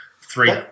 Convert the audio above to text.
three